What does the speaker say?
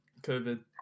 COVID